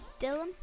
Dylan